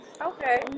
Okay